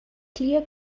clear